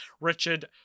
Richard